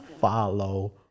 follow